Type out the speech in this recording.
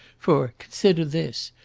for, consider this!